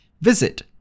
visit